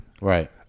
Right